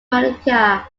malacca